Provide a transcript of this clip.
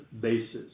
basis